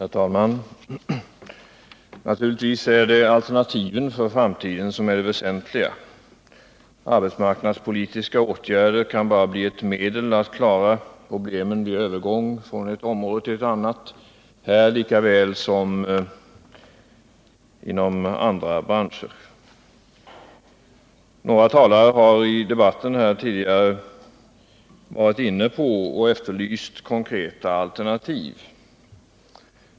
Herr talman! Naturligtvis är det alternativen för framtiden som är det väsentliga i varvspolitiken. Arbetsmarknadspolitiska åtgärder kan bara bli medel att lösa problemen vid övergången från ett område till ett annat. Detta gäller här lika väl som inom andra branscher. Några talare har tidigare i debatten här efterlyst konkreta alternativ.